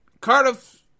Cardiff